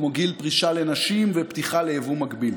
כמו גיל פרישה לנשים ופתיחה ליבוא מקביל.